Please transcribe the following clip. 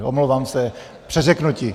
Omlouvám se, přeřeknutí.